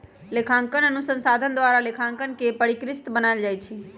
लेखांकन अनुसंधान द्वारा लेखांकन के परिष्कृत बनायल जाइ छइ